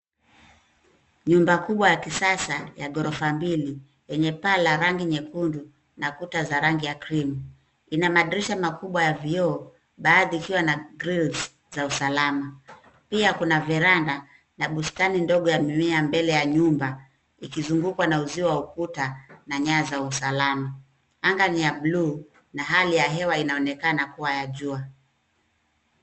Nyumba kubwa ya kisasa, ya ghorofa mbili yenye paa la rangi nyekundu na kuta za rangi ya krimu ina madirisha makubwa ya vioo baadhi ikiwa na grills za usalama. pia kuna veranda na bustani ndogo ya mimea mbele ya nyumba ikizingukwa na uzio wa ukuta na nyaya za usalama. Anga ni ya buluu na hali ya hewa inaonekana kuwa ya jua.